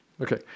Okay